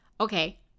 Okay